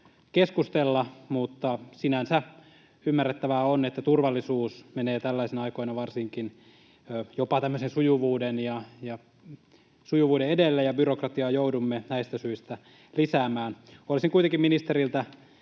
keskustella, mutta sinänsä ymmärrettävää on, että turvallisuus menee varsinkin tällaisina aikoina jopa sujuvuuden edelle ja byrokratiaa joudumme näistä syistä lisäämään. Olisin kuitenkin ministeriltä